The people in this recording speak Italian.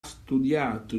studiato